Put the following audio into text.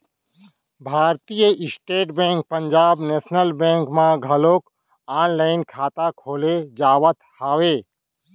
भारतीय state bank Punjab national bank म घलोक ऑनलाईन खाता खोले जावत हवय